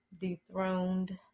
Dethroned